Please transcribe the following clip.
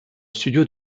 studio